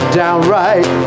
downright